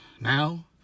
Now